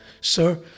Sir